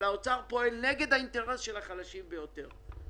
האוצר פועל נגד האינטרס של החלשים ביותר.